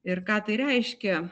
ir ką tai reiškia